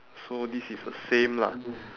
so this is the same lah